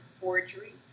forgery